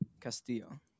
Castillo